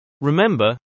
Remember